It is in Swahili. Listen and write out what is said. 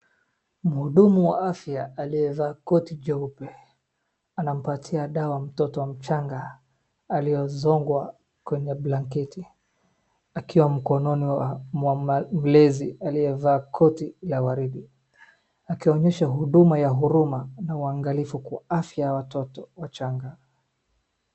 Mhudumu wa afya aliyevaa koti jeupe anampatia dawa mtoto mchanga aliyezogwa kwenye blanketi akiwa mkononi mwa mlezi aliyavaa koti ya waridi, akionyesha huduma ya huruma na uangalifu kwa afya ya watoto wachaga.